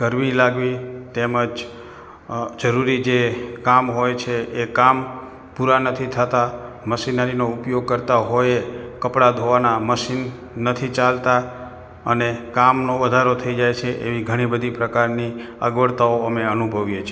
ગરમી લાગવી તેમજ જરૂરી જે કામ હોય છે એ કામ પૂરા નથી થતા મશીનરીનો ઉપયોગ કરતા હોઈએ કપડા ધોવાના મશીન નથી ચાલતા અને કામનો વધારો થઈ જાય છે એવી ઘણી બધી પ્રકારની અગવડતાઓ અમે અનુભવીએ છે